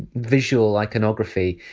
visual iconography.